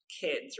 kids